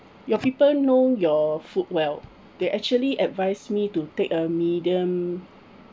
your people know your food well they actually advised me to take a medium